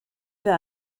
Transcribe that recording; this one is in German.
wir